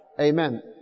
Amen